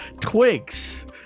Twigs